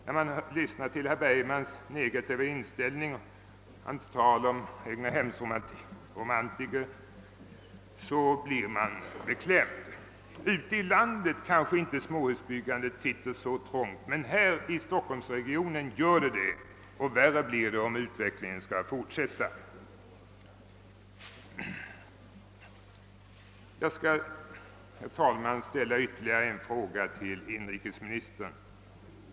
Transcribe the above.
När man hör herr Bergman redogöra för sin negativa inställning till småhusbyggandet och hans tal om egnahemsromantiker blir man beklämd. Ute i landet sitter kanske inte småhusbyggandet så trångt, men här i stockholmsregionen gör det det, och värre blir det om utvecklingen får fortsätta. Jag vill, herr talman, ställa ytterligare en fråga till inrikesministern.